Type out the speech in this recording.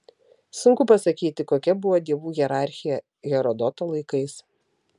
sunku pasakyti kokia buvo dievų hierarchija herodoto laikais